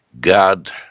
god